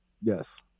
Yes